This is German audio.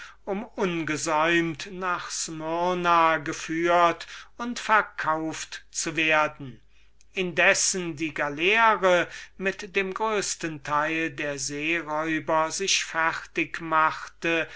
ungesäumt nach smirna geführt und daselbst verkauft zu werden indes daß die galeere mit dem größten teil der seeräuber sich fertig machte